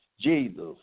Jesus